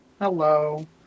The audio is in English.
Hello